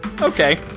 Okay